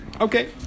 Okay